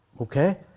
Okay